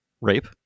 rape